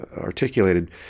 articulated